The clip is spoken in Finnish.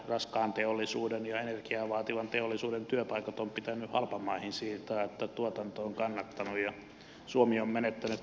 raskaan teollisuuden ja energiaa vaativan teollisuuden työpaikat on pitänyt siirtää halpamaihin että tuotanto on kannattanut ja suomi on menettänyt työpaikkoja